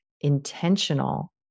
intentional